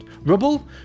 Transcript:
Rubble